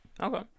Okay